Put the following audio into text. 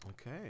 Okay